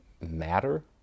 matter